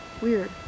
Weird